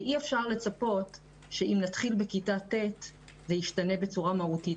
אי אפשר לצפות שאם נתחיל בכיתה ט' זה ישתנה בצורה מהותית.